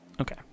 Okay